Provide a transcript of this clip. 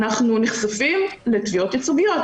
אנחנו נחשפים לתביעות ייצוגיות.